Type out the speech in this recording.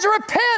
repent